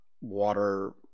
water